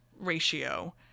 ratio